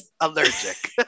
allergic